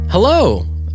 Hello